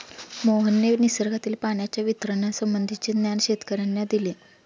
मोहनने निसर्गातील पाण्याच्या वितरणासंबंधीचे ज्ञान शेतकर्यांना दिले